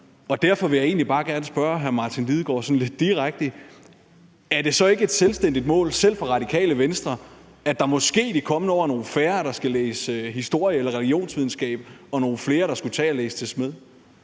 op. Derfor vil jeg egentlig bare gerne spørge hr. Martin Lidegaard sådan lidt direkte: Er det så ikke et selvstændigt mål, selv for Radikale Venstre, at der måske i de kommende år er nogle færre, der skal læse historie eller religionsvidenskab, og nogle flere, der skulle tage at læse til smed?